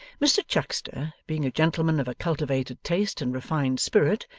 mr chuckster, being a gentleman of a cultivated taste and refined spirit,